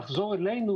לחזור אלינו,